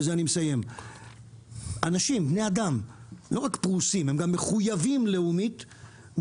בני האדם לא רק פרושים אלא מחויבים לאומית,